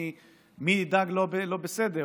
מי דג לא בסדר,